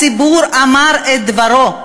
הציבור אמר את דברו,